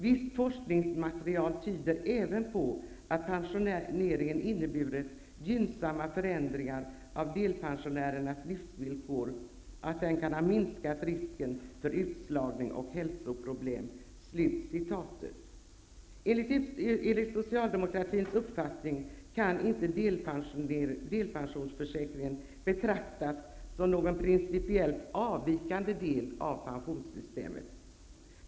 Visst forskningsmaterial tyder även på att pensioneringen inneburit gynnsamma förändringar av delpensionärernas livsvillkor, att den kan ha minskat risken för utslagning och hälsoproblem.'' Enligt Socialdemokratins uppfattning kan delpensionsförsäkringen inte betraktas som någon principiellt avvikande del av pensionssystemet.